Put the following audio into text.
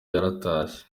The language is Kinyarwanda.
yaratashye